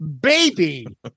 baby